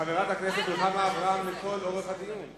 חברת הכנסת רוחמה אברהם, אני